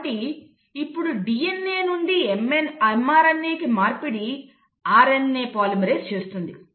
కాబట్టి ఇప్పుడు DNA నుండి mRNAకి మార్పిడి RNA పాలిమరేస్ చేస్తుంది